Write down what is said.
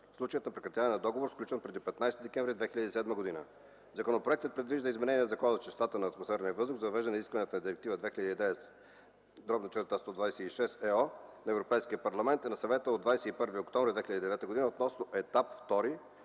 случаите на прекратяване на договор, сключен преди 15 декември 2007 г. Законопроектът предвижда изменения в Закона за чистотата на атмосферния въздух за въвеждане изискванията на Директива 2009/126/ЕО на Европейския парламент и на Съвета от 21 октомври 2009 г. относно Етап